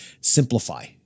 Simplify